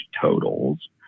totals